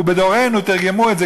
ובדורנו תרגמו את זה,